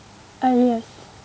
ah yes